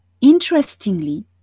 interestingly